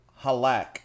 Halak